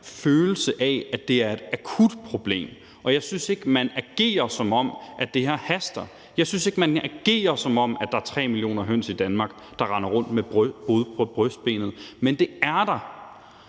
følelse af, at det er et akut problem, og jeg synes ikke, at man agerer, som om det her haster. Jeg synes ikke, at man agerer, som om der er 3 millioner høns i Danmark, der render rundt med brud på brystbenet, men det er der.